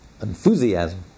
enthusiasm